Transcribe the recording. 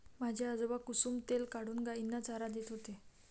माझे आजोबा कुसुम तेल काढून गायींना चारा देत होते